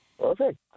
Perfect